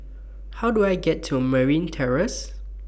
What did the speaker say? How Do I get to Merryn Terrace